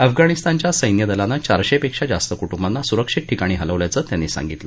अफगाणिस्तानच्या सैन्य दलानं चारशप्रक्षी जास्त कुटुंबांना सुरक्षित ठिकाणी हलवल्याचं त्यांनी सांगितलं